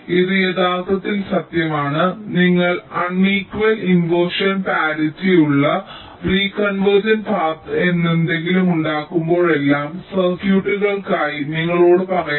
ഇത് യഥാർത്ഥത്തിൽ സത്യമാണ് നിങ്ങൾക്ക് അണീക്വൽ ഇൻവെർഷൻ പരിറ്റിയുള്ള റീകൺവെർജിന്റ പാത എന്ന് എന്തെങ്കിലും ഉണ്ടാകുമ്പോഴെല്ലാം സർക്യൂട്ടുകൾക്കായി നിങ്ങളോട് പറയാൻ